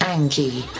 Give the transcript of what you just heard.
Angie